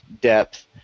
depth